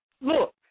look